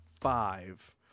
five